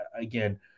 again